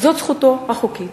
זאת זכותו החוקית.